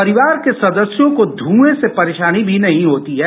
परिवार के सदस्यों को धुएं से परेशानी भी नहीं होती है